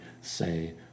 say